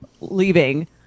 leaving